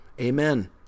Amen